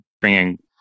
bringing